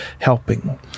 helping